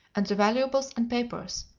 and the valuables and papers.